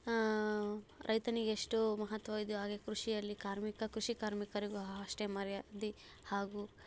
ರೈತನಿಗೆಷ್ಟು ಮಹತ್ವ ಇದೆ ಹಾಗೆ ಕೃಷಿಯಲ್ಲಿ ಕಾರ್ಮಿಕ ಕೃಷಿ ಕಾರ್ಮಿಕರಿಗೂ ಅಷ್ಟೇ ಮರ್ಯಾದೆ ಹಾಗೂ